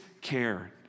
care